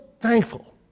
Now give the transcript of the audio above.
thankful